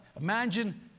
Imagine